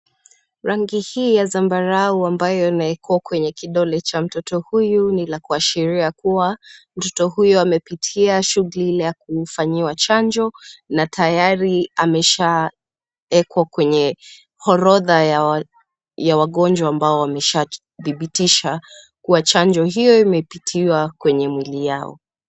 Rangi hii ya zambarau ambayo inawekwa kwenye kidole cha mtoto huyu ni la kuashiria kuwa mtoto huyo amepitia shughuli ile ya kufanyiwa chanjo na tayari ameshawekwa kwenye horodha ya wagonjwa ambao wamesha dhibitisha kuwa chanjo hiyo imepitiwa kwenye mwili yao.